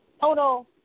total